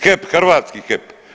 HEP hrvatski HEP.